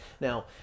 Now